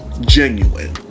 genuine